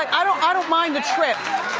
i don't ah don't mind the trip,